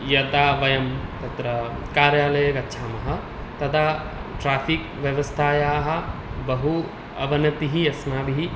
यदा वयं तत्र कार्यालये गच्छामः तदा ट्राफ़िक् व्यवस्थायाः बहु अवनतिः अस्माभिः